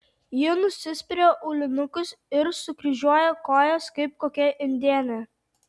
ji nusispiria aulinukus ir sukryžiuoja kojas kaip kokia indėnė